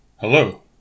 Hello